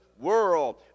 world